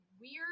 weird